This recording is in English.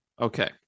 Okay